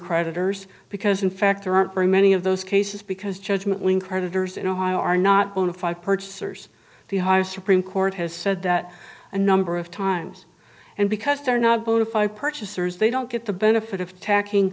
creditors because in fact there aren't very many of those cases because judgement when creditors in ohio are not bona fide purchasers the high supreme court has said that a number of times and because they're not bona fide purchasers they don't get the benefit of tacking